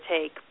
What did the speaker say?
take